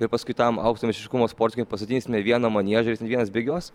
ir paskui tam aukšto meistriškumo sportininkui pastatysime vieną maniežą ir jis ten vienas bėgios